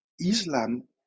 Islam